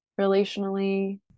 relationally